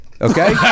Okay